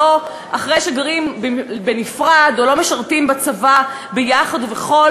אחרי שגרים בנפרד או לא משרתים בצבא ביחד ובכל